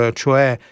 cioè